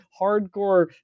hardcore